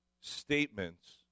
statements